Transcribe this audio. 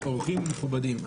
אורחים ומכובדים,